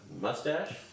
mustache